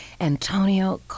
Antonio